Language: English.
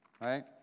Right